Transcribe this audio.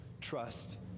trust